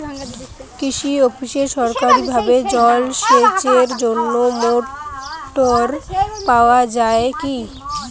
কৃষি অফিসে সরকারিভাবে জল সেচের জন্য মোটর পাওয়া যায় কি?